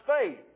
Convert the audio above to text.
faith